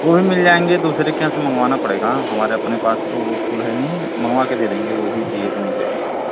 वो भी मिल जाएँगे दूसरे के यहाँ से मँगवाना पड़ेगा हमारे अपने पास तो वो फूल है नी मँगवा के दे देंगे वो भी चाहिए तो मिल जाएँगे आपको